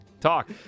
Talk